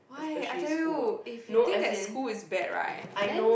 why I tell you if you think that school is bad right then